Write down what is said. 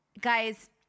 guys